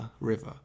river